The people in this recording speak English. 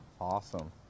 Awesome